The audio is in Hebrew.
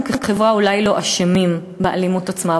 אנחנו כחברה אולי לא אשמים באלימות עצמה,